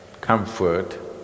comfort